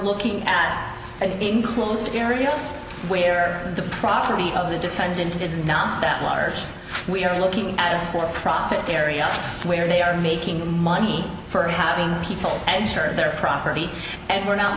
looking at an enclosed area where the property of the defendant is not that large we are looking at a for profit area where they are making money for having people and their proper and we're not